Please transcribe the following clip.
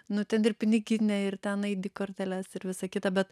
nu ten ir piniginę ir ten į id korteles ir visa kita bet